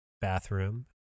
bathroom